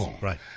Right